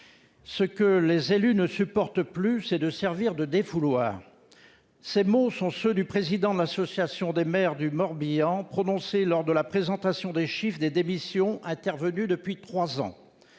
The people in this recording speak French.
Ce que les élus ne supportent plus, c'est de servir de défouloir. » Ces mots ont été prononcés par le président de l'association des maires du Morbihan lors de la présentation du nombre de démissions intervenues depuis trois ans.